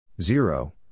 Zero